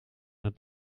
het